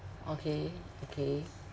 okay okay